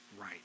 right